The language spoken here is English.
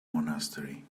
monastery